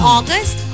August